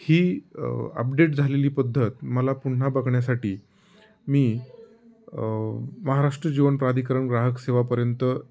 ही update झालेली पद्धत मला पुन्हा बघण्यासाठी मी महाराष्ट्र जीवनप्राधिकरण ग्राहक सेवापर्यंत